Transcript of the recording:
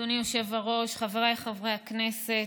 אדוני היושב-ראש, חבריי חברי הכנסת,